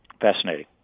Fascinating